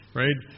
right